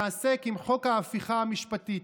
מתעסק בחוק ההפיכה המשפטית.